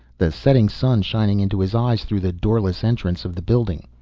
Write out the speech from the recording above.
the setting sun shining into his eyes through the doorless entrance of the building.